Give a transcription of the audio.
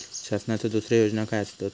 शासनाचो दुसरे योजना काय आसतत?